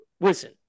Listen